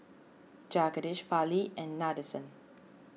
Jagadish Fali and Nadesan